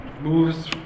moves